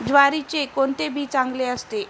ज्वारीचे कोणते बी चांगले असते?